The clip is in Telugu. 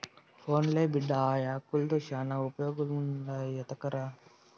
పోన్లే బిడ్డా, ఆ యాకుల్తో శానా ఉపయోగాలుండాయి ఎత్తకరా